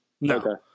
No